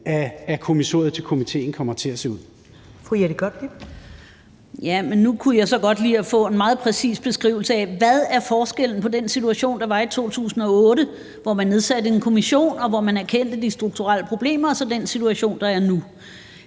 Ellemann): Fru Jette Gottlieb. Kl. 13:44 Jette Gottlieb (EL): Jamen nu kunne jeg så godt lide at få en meget præcis beskrivelse af, hvad forskellen er på den situation, der var i 2008, hvor man nedsatte en kommission, og hvor man erkendte de strukturelle problemer, og så den situation, der er nu.